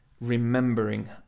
remembering